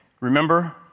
Remember